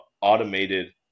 automated